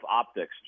optics